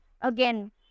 again